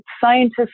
scientists